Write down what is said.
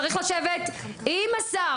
צריך לשבת עם השר,